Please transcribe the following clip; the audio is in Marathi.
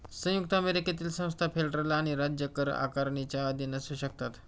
संयुक्त अमेरिकेतील संस्था फेडरल आणि राज्य कर आकारणीच्या अधीन असू शकतात